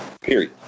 period